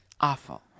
Awful